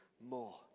more